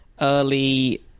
early